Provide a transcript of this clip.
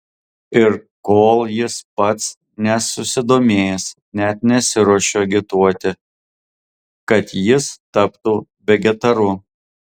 ir kol jis pats nesusidomės net nesiruošiu agituoti kad jis taptų vegetaru